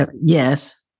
Yes